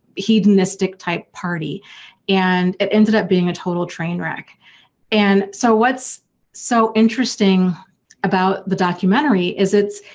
hedonistic type party and it ended up being a total train wreck and so, what's so interesting about the documentary is it's.